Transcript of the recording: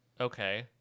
okay